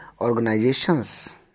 organizations